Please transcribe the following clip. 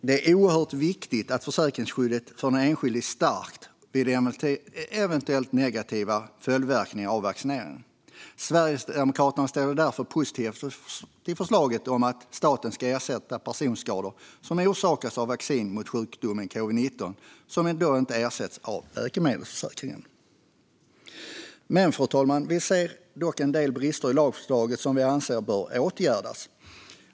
Det är oerhört viktigt att försäkringsskyddet för den enskilde är starkt vid eventuella negativa följdverkningar av vaccineringen. Sverigedemokraterna ställer sig därför positiva till förslaget om att staten ska ersätta personskador som har orsakats av vaccin mot sjukdomen covid-19 och som inte ersätts av läkemedelsförsäkringen. Fru talman! Vi ser dock en del brister i lagförslaget som vi anser bör åtgärdas.